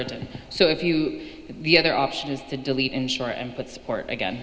written so if you the other option is to delete insure and put support again